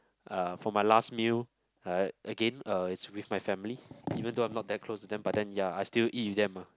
uh for my last meal uh again uh it's with my family even though I'm not very close to them but ya I still eat with them ah